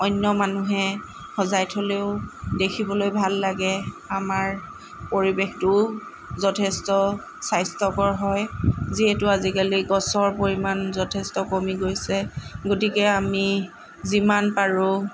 অন্য মানুহে সজাই থ'লেও দেখিবলৈ ভাল লাগে আমাৰ পৰিৱেশটোও যথেষ্ট স্বাস্থ্যকৰ হয় যিহেতু আজিকালি গছৰ পৰিমাণ যথেষ্ট কমি গৈছে গতিকে আমি যিমান পাৰোঁ